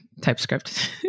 TypeScript